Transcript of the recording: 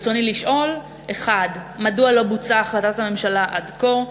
ברצוני לשאול: 1. מדוע לא בוצעה החלטת הממשלה עד כה?